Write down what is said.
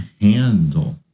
handle